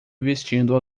vestindo